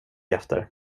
efter